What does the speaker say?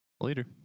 Later